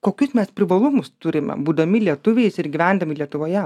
kokius mes privalumus turime būdami lietuviais ir gyvendami lietuvoje